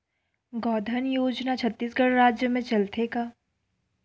गौधन योजना छत्तीसगढ़ राज्य मा चलथे का?